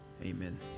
Amen